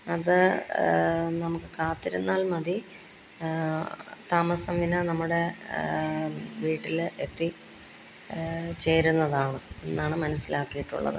അത് നമുക്ക് കാത്തിരുന്നാൽ മതി താമസംവിനാ നമ്മടെ വീട്ടില് എത്തി ചേരുന്നതാണ് എന്നാണ് മനസിലാക്കിയിട്ടുള്ളത്